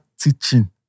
teaching